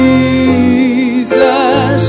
Jesus